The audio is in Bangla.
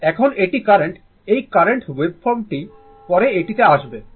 এখন এটি কারেন্ট এই কারেন্ট ওয়েভফর্ম টি পরে এটিতে আসবে